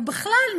ובכלל,